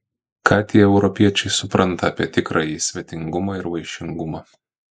ką tie europiečiai supranta apie tikrąjį svetingumą ir vaišingumą